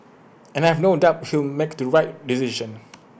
and I have no doubt he'll make the right decision